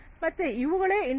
ಮತ್ತೆ ಇವುಗಳೇ ಇಂಡಸ್ಟ್ರಿ4